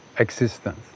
Existence